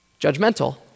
judgmental